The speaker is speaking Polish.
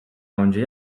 lądzie